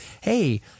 hey